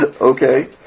Okay